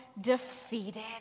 defeated